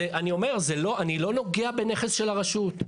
אני לא נוגע בנכס של הרשות,